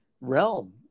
realm